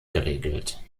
geregelt